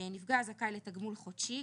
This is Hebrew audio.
נפגע הזכאי לתגמול חודשי,